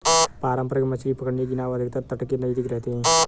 पारंपरिक मछली पकड़ने की नाव अधिकतर तट के नजदीक रहते हैं